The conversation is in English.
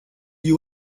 you